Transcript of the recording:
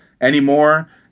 anymore